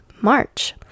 March